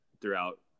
throughout